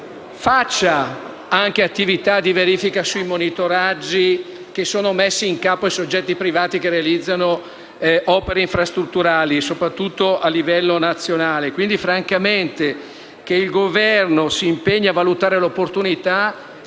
svolga anche attività di verifica sui monitoraggi che sono messi in campo dai soggetti privati che realizzano opere infrastrutturali, soprattutto a livello nazionale.